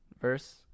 verse